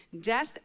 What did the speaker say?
Death